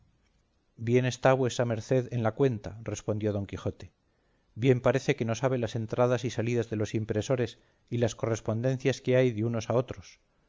bien está vuesa merced en la cuenta respondió don quijote bien parece que no sabe las entradas y salidas de los impresores y las correspondencias que hay de unos a otros